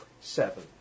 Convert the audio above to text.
Seven